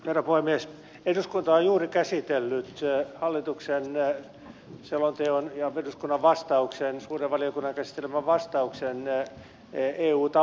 eduskunta on juuri käsitellyt hallituksen selonteon ja suuren valiokunnan käsittelemän eduskunnan vastauksen liittyen eu tavoitteisiin